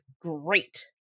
great